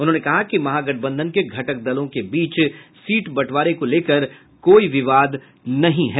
उन्होंने कहा कि महागठबंधन के घटक दलों के बीच सीट बंटवारे को लेकर कोई विवाद नहीं है